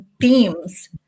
themes